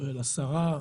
השרה,